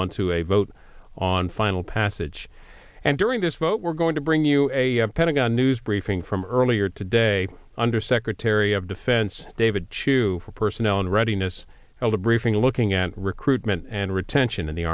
on to a vote on final passage and during this vote we're going to bring you a pentagon news briefing from earlier today undersecretary of defense david chu for personnel and readiness held a briefing looking at recruitment and retention in the